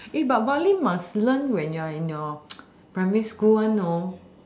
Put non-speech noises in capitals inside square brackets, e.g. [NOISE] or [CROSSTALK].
eh but violin must learn when you're in your [NOISE] primary school one know